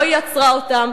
לא היא יצרה אותן.